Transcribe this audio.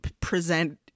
present